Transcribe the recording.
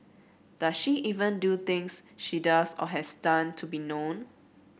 does she even do things she does or has done to be known